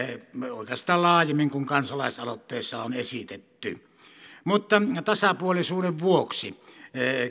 oikeastaan laajemmin kuin kansalaisaloitteessa on esitetty mutta tasapuolisuuden vuoksi